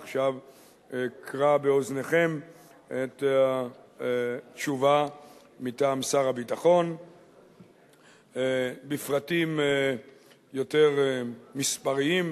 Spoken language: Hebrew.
עכשיו אקרא באוזניכם את התשובה מטעם שר הביטחון בפרטים יותר מספריים,